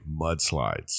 mudslides